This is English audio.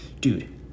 Dude